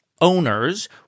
owners